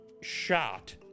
shot